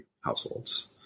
households